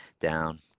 down